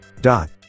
dot